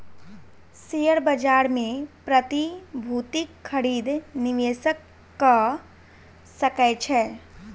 share बाजार मे प्रतिभूतिक खरीद निवेशक कअ सकै छै